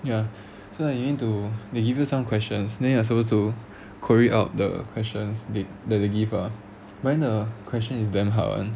ya so like you need to they give you some questions then you are supposed to query out the questions the that they give ah give ah but then the question is damn hard [one]